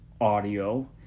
audio